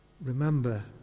remember